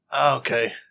okay